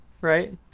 right